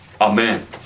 amen